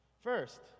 First